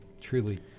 truly